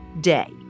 day